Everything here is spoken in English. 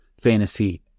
fantasy